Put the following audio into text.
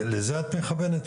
לזה את מכוונת?